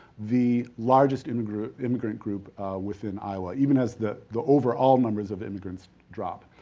the largest immigrant immigrant group within iowa, even as the the overall numbers of immigrants drop.